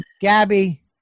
Gabby